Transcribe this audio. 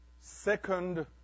second